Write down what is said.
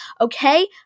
Okay